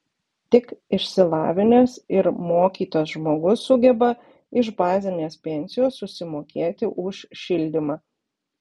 tik išsilavinęs ir mokytas žmogus sugeba iš bazinės pensijos susimokėti už šildymą